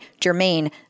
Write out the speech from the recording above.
Jermaine